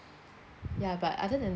ya but other than